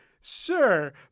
Sure